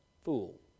fool